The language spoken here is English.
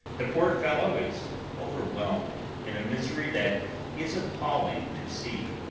the poor fellow is overwhelmed in a misery that is appalling to see.